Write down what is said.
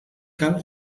cal